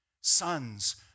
Sons